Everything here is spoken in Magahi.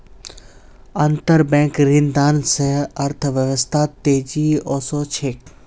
अंतरबैंक ऋणदान स अर्थव्यवस्थात तेजी ओसे छेक